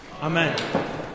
amen